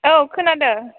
औ खोनादों